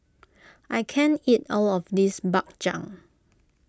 I can't eat all of this Bak Chang